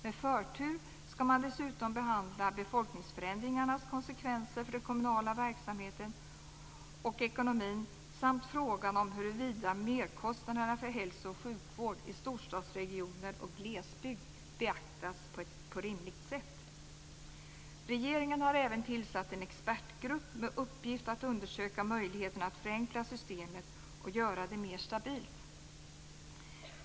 Med förtur ska man dessutom behandla befolkningsförändringarnas konsekvenser för den kommunala verksamheten och ekonomin samt frågan om huruvida merkostnaderna för hälso och sjukvård i storstadsregioner och glesbygd beaktas på rimligt sätt. Regeringen har även tillsatt en expertgrupp med uppgift att undersöka möjligheterna att förenkla systemet och göra det mer stabilt.